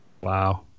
Wow